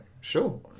sure